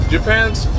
Japan's